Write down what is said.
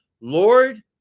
Lord